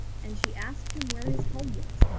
and she asked him where his home was,